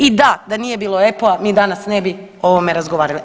I da, da nije bilo EPPO-a mi danas ne bi o ovome razgovarali.